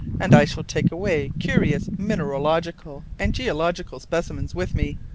and i shall take away curious mineralogical and geological specimens with me.